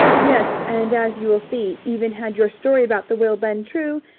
yes, and as you will see, even had your story about the will been true,